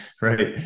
Right